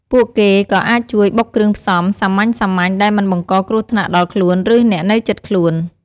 ពួកគេក៏អាចជួយបុកគ្រឿងផ្សំ សាមញ្ញៗដែលមិនបង្កគ្រោះថ្នាក់ដល់ខ្លួន ឬ អ្នកនៅជិតខ្លួន។